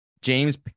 James